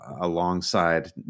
alongside